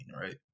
right